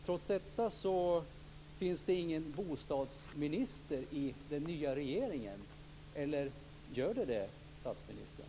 Trots detta finns det ingen bostadsminister i den nya regeringen - eller gör det det, statsministern?